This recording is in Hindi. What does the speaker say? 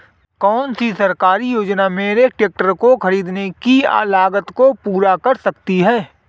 कौन सी सरकारी योजना मेरे ट्रैक्टर को ख़रीदने की लागत को पूरा कर सकती है?